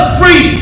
free